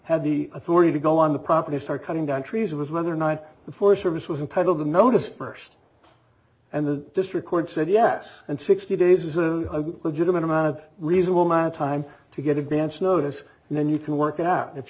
had the authority to go on the property start cutting down trees was mother night before service was entitled the notice first and the district court said yes and sixty days is a legitimate amount of reasonable man time to get advance notice and then you can work out if you